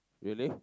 really